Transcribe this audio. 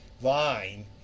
line